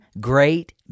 great